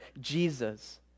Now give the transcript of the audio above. Jesus